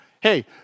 Hey